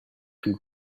and